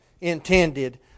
intended